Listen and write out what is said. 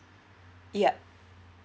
yup